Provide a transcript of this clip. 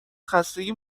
خستگی